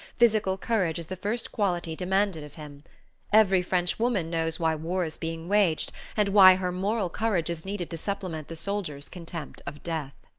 physical courage is the first quality demanded of him every frenchwoman knows why war is being waged, and why her moral courage is needed to supplement the soldier's contempt of death.